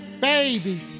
Baby